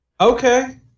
Okay